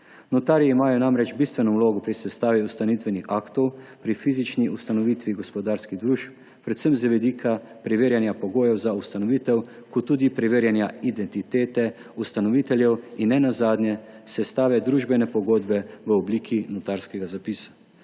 Notarji imajo namreč bistveno vlogo pri sestavi ustanovitvenih aktov pri fizični ustanovitvi gospodarskih družb, predvsem z vidika preverjanja pogojev za ustanovitev ter tudi preverjanja identitete ustanoviteljev in ne nazadnje sestave družbene pogodbe v obliki notarskega zapisa.